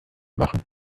machen